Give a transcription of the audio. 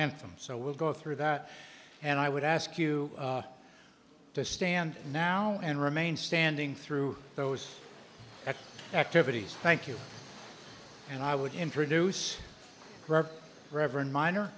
anthem so we'll go through that and i would ask you to stand now and remain standing through those activities thank you and i would introduce reverend minor